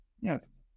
Yes